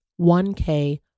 1K